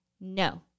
No